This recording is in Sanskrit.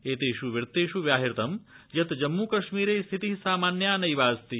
एतेषु वृत्तेषु व्याहृतं यत् जम्मू कश्मीर स्थिति सामान्या नद्यस्ति